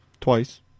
twice